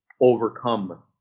overcome